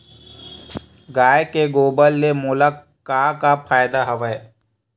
गाय के गोबर ले मोला का का फ़ायदा हवय?